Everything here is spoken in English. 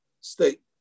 state